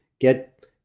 get